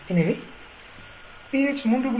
எனவே pH 3